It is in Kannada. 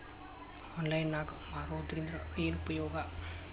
ಆನ್ಲೈನ್ ನಾಗ್ ಮಾರೋದ್ರಿಂದ ಏನು ಉಪಯೋಗ?